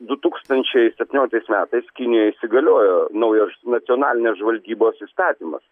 du tūkstančiai septynioliktais metais kinijoj įsigaliojo naujoš nacionalinės žvalgybos įstatymas